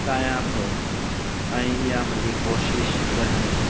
ॻाहियां थो ऐं इहा मुंहिंजी कोशिश रहंदी